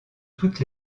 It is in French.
toutes